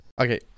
Okay